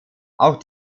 auch